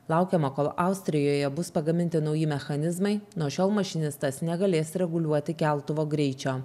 laukiama kol austrijoje bus pagaminti nauji mechanizmai nuo šiol mašinistas negalės reguliuoti keltuvo greičio